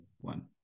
One